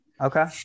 Okay